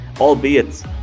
albeit